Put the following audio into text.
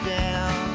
down